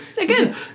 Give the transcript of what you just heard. Again